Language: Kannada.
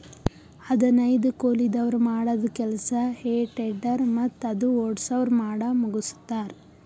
ಹದನೈದು ಕೂಲಿದವ್ರ್ ಮಾಡದ್ದ್ ಕೆಲ್ಸಾ ಹೆ ಟೆಡ್ಡರ್ ಮತ್ತ್ ಅದು ಓಡ್ಸವ್ರು ಮಾಡಮುಗಸ್ತಾರ್